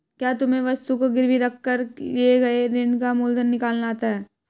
क्या तुम्हें वस्तु को गिरवी रख कर लिए गए ऋण का मूलधन निकालना आता है?